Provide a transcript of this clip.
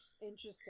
Interesting